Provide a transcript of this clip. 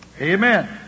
Amen